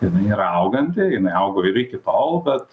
jinai yra auganti jinai augo ir iki tol bet